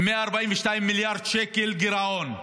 עם 142 מיליארד שקל גירעון,